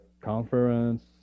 conference